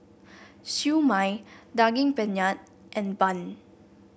Siew Mai Daging Penyet and bun